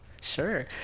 Sure